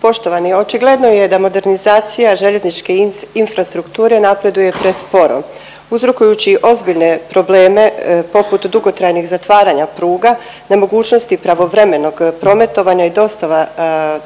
Poštovani, očigledno je da modernizacija željezničke infrastrukture napreduje presporo uzrokujući ozbiljne probleme poput dugotrajnih zatvaranja pruga, nemogućnosti pravovremenog prometovanja i